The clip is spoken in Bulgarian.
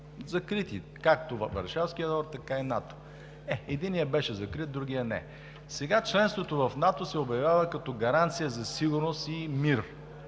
закрити – както Варшавският договор, така и НАТО. Е, единият беше закрит, а другият – не. Сега членството в НАТО се обявява като гаранция за сигурност и мир,